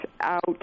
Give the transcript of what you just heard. out